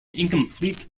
incomplete